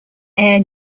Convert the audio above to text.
air